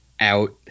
out